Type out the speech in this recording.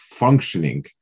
functioning